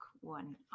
one